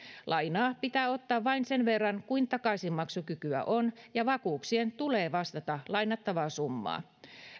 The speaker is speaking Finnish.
lainaa pitää ottaa vain sen verran kuin takaisinmaksukykyä on ja vakuuksien tulee vastata lainattavaa summaa